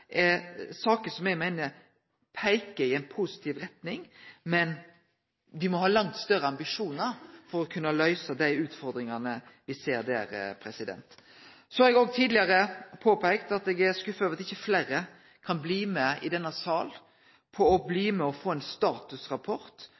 som eg meiner peiker i ei positiv retning, men me må ha langt større ambisjonar for å kunne løyse dei utfordringane me ser der. Så har eg òg tidlegare peikt på at eg er skuffa over at ikkje fleire i denne salen kan bli med